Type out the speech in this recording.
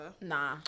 Nah